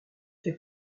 fait